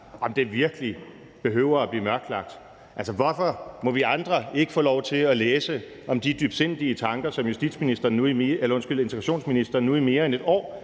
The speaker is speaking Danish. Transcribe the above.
virkelig behøver at være mørklagt. Hvorfor må vi andre ikke få lov til at læse om de dybsindige tanker, som integrationsministeren nu i mere end et år